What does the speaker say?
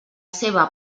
seva